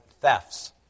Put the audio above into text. thefts